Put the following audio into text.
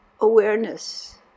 awareness